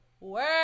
work